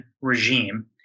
regime